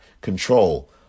control